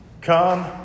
come